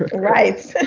ah right.